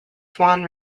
swan